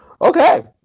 okay